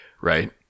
Right